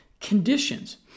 conditions